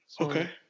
Okay